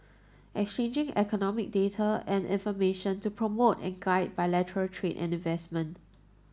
exchanging economic data and information to promote and guide bilateral trade and investment